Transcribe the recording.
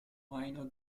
minor